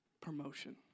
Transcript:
promotion